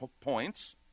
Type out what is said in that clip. points